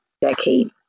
decade